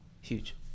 Huge